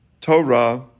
Torah